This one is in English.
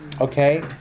okay